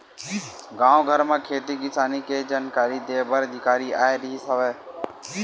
गाँव घर म खेती किसानी के जानकारी दे बर अधिकारी आए रिहिस हवय